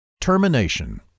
Termination